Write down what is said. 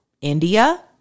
India